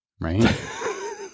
Right